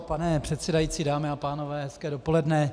Pane předsedající, dámy a pánové, hezké dopoledne.